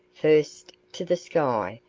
first to the sky,